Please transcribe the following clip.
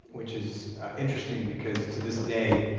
which is interesting because to this day,